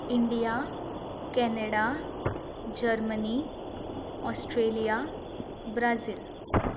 India Canada Germany Australia Brazil